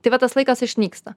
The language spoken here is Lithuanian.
tai va tas laikas išnyksta